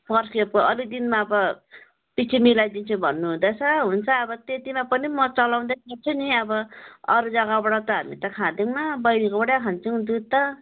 पोहोरखेप अलिक दिनमा अब पिछे मिलाइदिन्छु भन्नुहुँदैछ हुन्छ अब त्यतिमा पनि म चलाउँदै गर्छु नि अब अरू जग्गाबाट त हामी त खादैनौँ बैनीकोबाटै खान्छौँ दुध त